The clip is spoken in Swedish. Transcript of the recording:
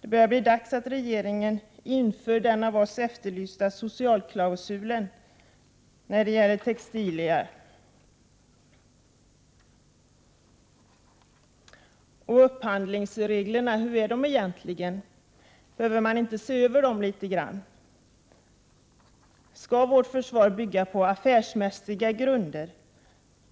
Det börjar bli dags för regeringen att införa den av oss efterlysta socialklausulen när det gäller textilier. 83 Hur är upphandlingsreglerna egentligen? Behöver de ses över eller tolkas och tillämpas de fel? Skall vårt försvar bygga på affärsmässiga grunder? I